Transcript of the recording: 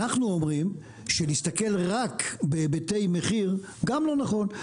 אנחנו אומרם שנסתכל רק בהיבטי מחיר, גם לא נכון.